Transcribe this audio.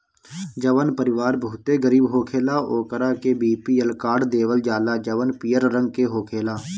जवन परिवार बहुते गरीब होखेला ओकरा के बी.पी.एल कार्ड देवल जाला जवन पियर रंग के होखेला